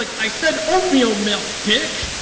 like i said oatmeal milk, dick!